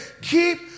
keep